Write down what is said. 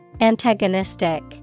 Antagonistic